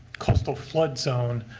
coastal flood zone.